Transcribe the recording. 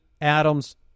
Adams